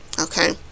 Okay